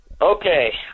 Okay